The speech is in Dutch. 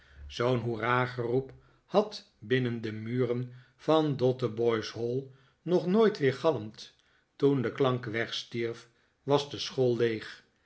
zoo'n hoera geroep had binnen de muren van dotheboys hall nog nooit weergalmd toen de klank wegstierf was de school leeg